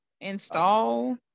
Install